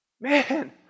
Man